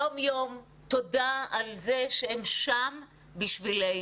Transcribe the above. יום יום תודה על זה שהם שם בשבילנו.